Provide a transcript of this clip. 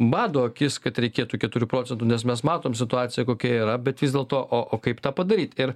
bado akis kad reikėtų keturių procentų nes mes matom situaciją kokia yra bet vis dėlto o kaip tą padaryt ir